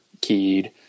keyed